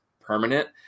permanent